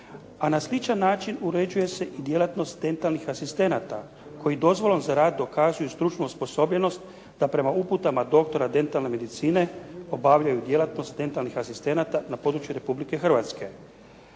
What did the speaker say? A na sličan način uređuje se i djelatnost dentalnih asistenata koji dozvolom za rad dokazuju stručnu osposobljenost da prema uputama doktora dentalne medicine obavljaju djelatnost dentalnih asistenata na području Republike Hrvatske.